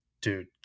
dude